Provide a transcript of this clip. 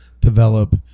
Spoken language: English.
develop